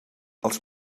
els